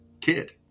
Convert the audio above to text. kid